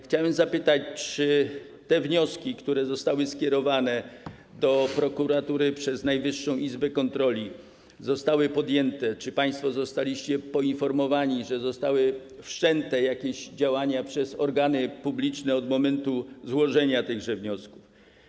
Chciałem zapytać, czy wnioski, które zostały skierowane do prokuratury przez Najwyższą Izbę Kontroli, zostały przyjęte, czy państwo zostaliście poinformowani, że zostały wszczęte jakieś działania przez organy publiczne od momentu złożenia tychże wniosków.